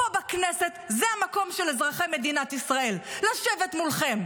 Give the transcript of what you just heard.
פה בכנסת זה המקום של אזרחי מדינת ישראל לשבת מולכם.